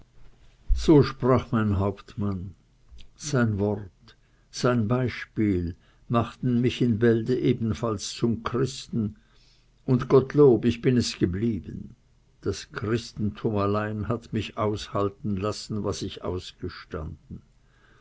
so sprach mein hauptmann sein wort sein beispiel machten mich in bälde ebenfalls zum christen und gottlob ich bin es geblieben das christentum allein hat mich aushalten lassen was ich ausgestanden